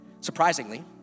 Surprisingly